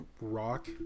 rock